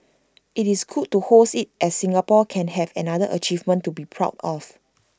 it's good to host IT as Singapore can have another achievement to be proud of